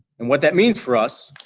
and what that means for us,